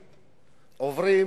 עוברים,